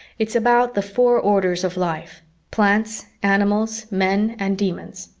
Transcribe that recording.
it's about the four orders of life plants, animals, men and demons.